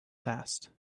fast